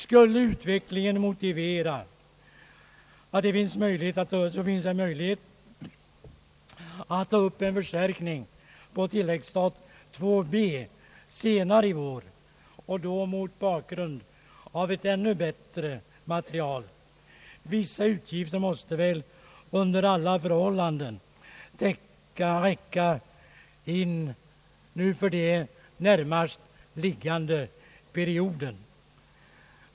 Skulle utvecklingen motivera det finns det möjlighet med en förstärkning på tilläggsstat II B senare i vår och då mot bakgrund av ett ännu bättre material. Dessa belopp måste väl under alla förhållanden räcka för den närmaste perioden.